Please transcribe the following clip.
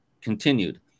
continued